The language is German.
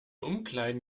umkleiden